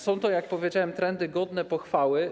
Są to, jak powiedziałem, trendy godne pochwały.